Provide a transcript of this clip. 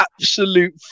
absolute